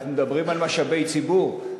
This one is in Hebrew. אנחנו מדברים על משאבי ציבור,